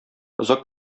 озак